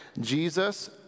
Jesus